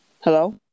Hello